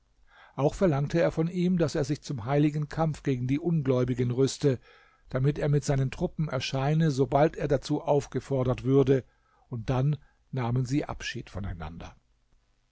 auch verlangte er von ihm daß er sich zum heiligen kampf gegen die ungläubigen rüste damit er mit seinen truppen erscheine sobald er dazu aufgefordert würde und dann nahmen sie abschied voneinander